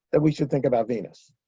that we should think about venus.